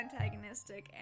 antagonistic